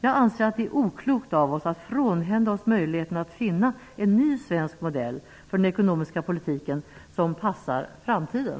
Jag anser att det är oklokt av oss att frånhända oss möjligheten att finna en ny svensk modell för den ekonomiska politiken som passar framtiden.